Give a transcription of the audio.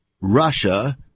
Russia